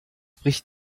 bricht